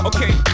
Okay